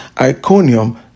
Iconium